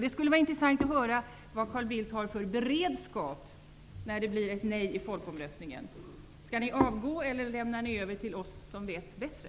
Det skulle vara intressant att höra vad Carl Bildt har för beredskap när det blir ett nej i folkomröstningen. Skall ni avgå? Eller lämnar ni över till oss som vet bättre?